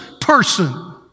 person